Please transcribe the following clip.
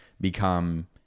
become